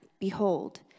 behold